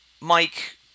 Mike